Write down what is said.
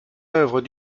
œuvre